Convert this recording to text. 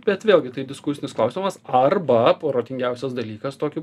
bet vėlgi tai diskusinis klausimas arba protingiausias dalykas tokiu